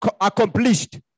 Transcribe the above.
accomplished